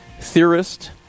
theorist